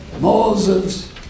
Moses